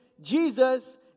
Jesus